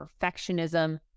perfectionism